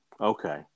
Okay